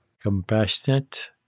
Compassionate